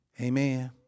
Amen